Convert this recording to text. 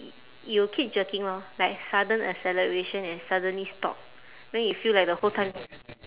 you will keep jerking lor like sudden acceleration and suddenly stop then you feel like the whole time